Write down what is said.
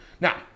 Now